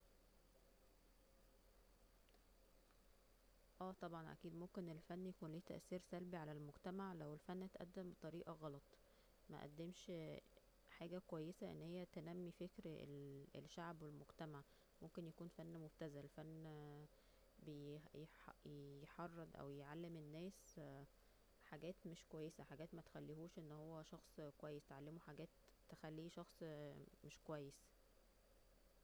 اه طبعا اكيد ممكن الفن يكون ليه تأثير سلبي على المجتمع لو الفن اتقدم بطريقة غلط ما قدمش حاجة كويسة أن هي تنمي فكر الشعب و المجتمع ممكن يكون فن مبتذل فن يحرضون أو يعلم الناس حاجات مش كويسة حاجات متخليهوش أن هو شخص كويس تعلمه حاجات تخليه أن هو شخص مش كويس